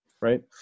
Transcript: Right